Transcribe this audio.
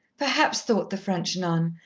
perhaps, thought the french nun,